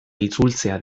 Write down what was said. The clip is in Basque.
itzultzea